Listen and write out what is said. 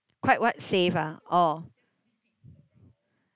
quite what safe ah oh